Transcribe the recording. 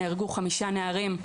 נהרגו חמישה נערים.